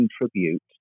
contribute